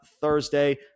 Thursday